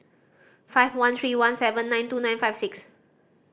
five one three one seven nine two nine five six